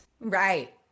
Right